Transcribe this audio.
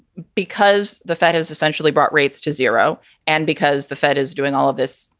because the fed has essentially brought rates to zero and because the fed is doing all of this,